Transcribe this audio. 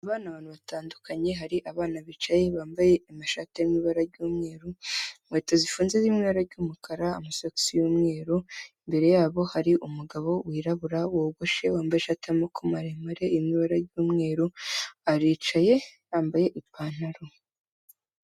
Aba ni abantu batandukanye, hari abana bicaye bambaye amashati ari mu ibara ry'umweru, inkweto zifunze ziri mu ibara ry'umukara, amasokisi y'umweru, imbere yabo hari umugabo wirabura, wogoshe, wambaye ishati y'amaboko maremare iri mu ibara ry'umweru, aricaye, yambaye ipantaro.